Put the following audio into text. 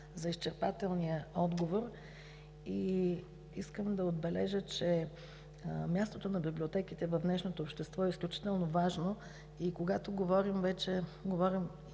за изчерпателния отговор. Искам да отбележа, че мястото на библиотеките в днешното общество е изключително важно и когато говорим, вече говорим